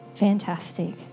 Fantastic